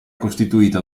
costituita